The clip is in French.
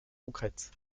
concrètes